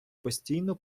постійно